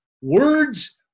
words